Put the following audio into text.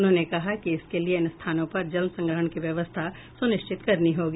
उन्होंने कहा कि इसके लिए इन स्थानों पर जल संग्रहण की व्यवस्था सुनिश्चित करनी होगी